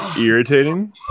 irritating